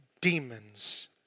demons